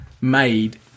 made